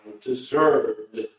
deserved